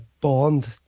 bond